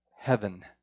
heaven